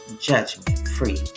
Judgment-Free